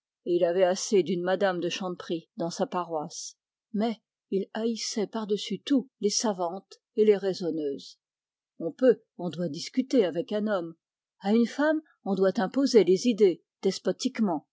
il avait assez d'une mme de chanteprie dans sa paroisse mais il haïssait par-dessus tout les raisonneuses on peut discuter avec un homme à une femme on doit imposer les idées